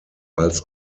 als